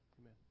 amen